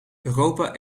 europa